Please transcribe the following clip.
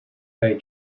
ray